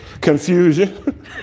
Confusion